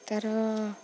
ତା'ର